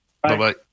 Bye-bye